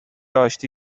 آشتی